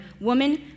Woman